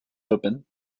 open